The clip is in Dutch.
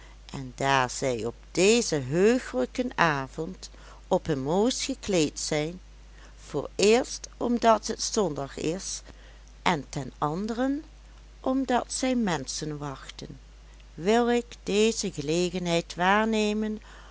en daar zij op dezen heugelijken avond op hun mooist gekleed zijn vooreerst omdat het zondag is en ten anderen omdat zij menschen wachten wil ik deze gelegenheid waarnemen